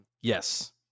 Yes